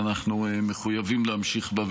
ואנחנו מחויבים להמשיך בה,